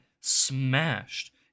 smashed